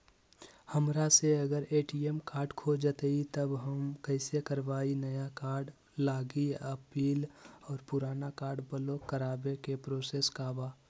हमरा से अगर ए.टी.एम कार्ड खो जतई तब हम कईसे करवाई नया कार्ड लागी अपील और पुराना कार्ड ब्लॉक करावे के प्रोसेस का बा?